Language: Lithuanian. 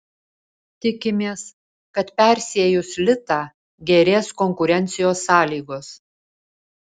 tikimės kad persiejus litą gerės konkurencijos sąlygos